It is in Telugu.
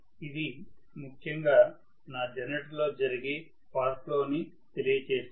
ఇది ముఖ్యంగా నా జనరేటర్ లో జరిగే పవర్ ఫ్లో తెలియజేస్తుంది